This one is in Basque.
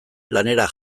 lanera